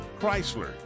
Chrysler